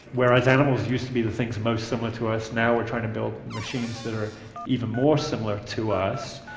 whereas animals used to be the things most similar to us, now we're trying to build machines that are even more similar to us,